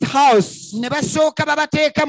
house